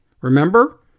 Remember